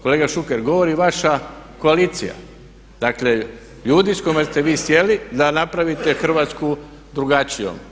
Kolega Šuker govori vaša koalicija, dakle ljudi s kojima ste vi sjeli da napravite Hrvatsku drugačijom.